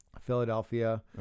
Philadelphia